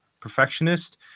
perfectionist